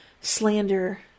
slander